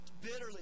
bitterly